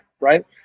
right